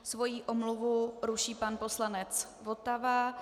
Svoji omluvu ruší pan poslanec Votava.